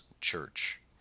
church